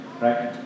right